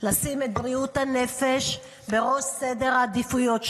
לשים את בריאות הנפש בראש סדר העדיפויות שלנו.